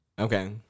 okay